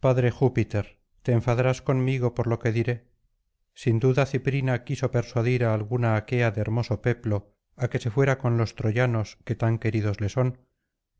padre júpiter te enfadarás conmigo por lo que diré sin duda ciprina quiso persuadir á alguna aquea de hermoso péplo a que se fuera con los troyanos que tan queridos le son